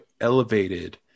elevated